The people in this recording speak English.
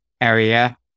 area